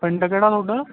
ਪਿੰਡ ਕਿਹੜਾ ਤੁਹਾਡਾ